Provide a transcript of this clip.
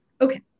Okay